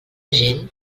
gent